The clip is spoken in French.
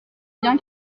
bien